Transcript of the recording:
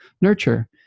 nurture